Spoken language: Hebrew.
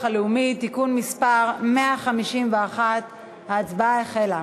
הלאומי (תיקון מס' 151). ההצבעה החלה.